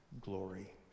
glory